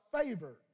favor